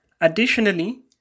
Additionally